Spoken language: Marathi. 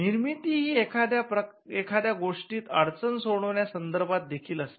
निर्मिती ही एखाद्या गोष्टीत अडचण सोडवण्या संदर्भात देखील असते